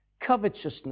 covetousness